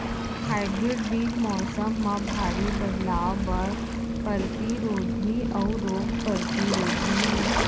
hybrid बीज मौसम मा भारी बदलाव बर परतिरोधी अऊ रोग परतिरोधी हे